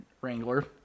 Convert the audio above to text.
Wrangler